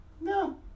No